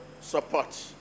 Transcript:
support